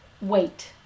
Wait